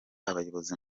abayobozi